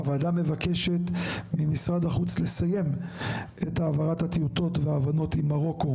הוועדה מבקשת ממשרד החוץ לסיים את העברת הטיוטות וההבנות עם מרוקו